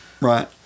right